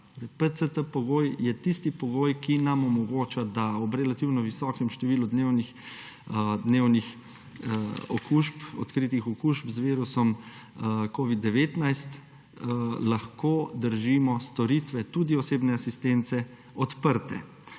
PCT-pogoj je tisti pogoj, ki nam omogoča, da ob relativno visokem številu dnevno odkritih okužb z virusom covida-19 lahko držimo storitve tudi osebne asistence odprte.